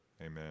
Amen